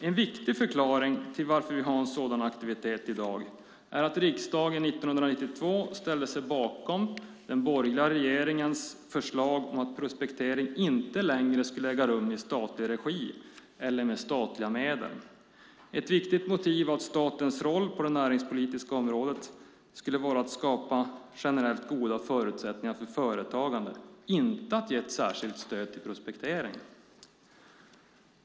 En viktig förklaring till att vi har sådan aktivitet i dag är att riksdagen 1992 ställde sig bakom den borgerliga regeringens förslag om att prospektering inte längre skulle äga rum i statlig regi eller med statliga medel. Ett viktigt motiv var att statens roll på det näringspolitiska området skulle vara att skapa generellt goda förutsättningar för företagande, inte att ge ett särskilt stöd till prospektering.